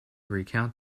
recount